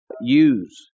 use